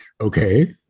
Okay